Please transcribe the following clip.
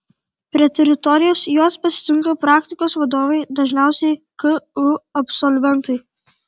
prie teritorijos juos pasitinka praktikos vadovai dažniausiai ku absolventai